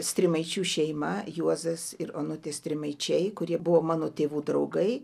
strimaičių šeima juozas ir onutė strimaičiai kurie buvo mano tėvų draugai